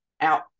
out